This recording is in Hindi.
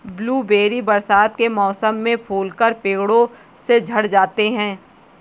ब्लूबेरी बरसात के मौसम में फूलकर पेड़ों से झड़ जाते हैं